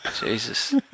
Jesus